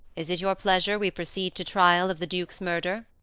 is it your pleasure we proceed to trial of the duke's murder?